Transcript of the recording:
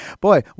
Boy